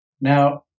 Now